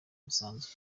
bisanzwe